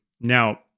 Now